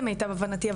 למיטב הבנתי,